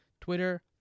Twitter